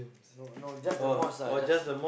no no just the mosque ah just